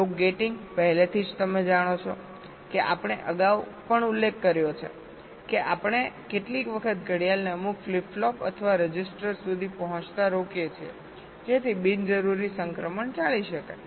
clock gating પહેલેથી જ તમે જાણો છો કે આપણે અગાઉ પણ ઉલ્લેખ કર્યો છે કે આપણે કેટલીક વખત ઘડિયાળને અમુક ફ્લિપ ફ્લોપ અથવા રજિસ્ટર્સ સુધી પહોંચતા રોકીએ છીએ જેથી બિનજરૂરી સંક્રમણ ટાળી શકાય